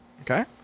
Okay